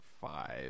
five